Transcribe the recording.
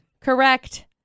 Correct